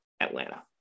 Atlanta